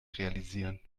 realisieren